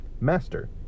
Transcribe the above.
master